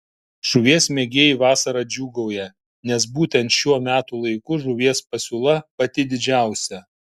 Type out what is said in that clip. žuvies mėgėjai vasarą džiūgauja nes būtent šiuo metų laiku žuvies pasiūla pati didžiausia